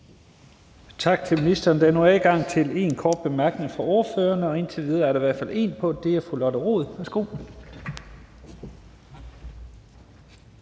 Tak til ministeren. Der er nu adgang til én kort bemærkning fra ordførerne, og indtil videre er der i hvert fald én på. Det er fru Lotte Rod. Værsgo.